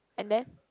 and then